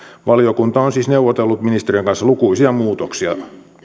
valiokunta on siis neuvotellut ministeriön kanssa lukuisia muutoksia